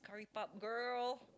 rip up girl